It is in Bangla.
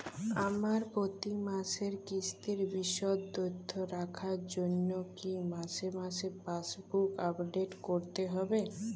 আমার প্রতি মাসের কিস্তির বিশদ তথ্য রাখার জন্য কি মাসে মাসে পাসবুক আপডেট করতে হবে?